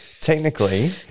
technically